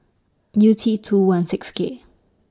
U T two one six K